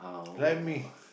like me